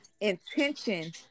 intention